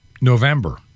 November